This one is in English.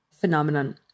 phenomenon